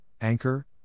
Anchor